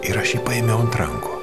ir aš jį paėmiau ant rankų